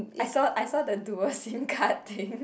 I saw I saw the dual Sim card thing